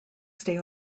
stay